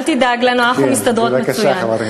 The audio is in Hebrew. אל תדאג לנו, אנחנו מסתדרות מצוין.